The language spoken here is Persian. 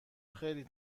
خیلی